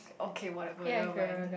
okay whatever never mind